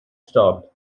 stopped